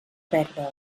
verda